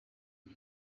iyi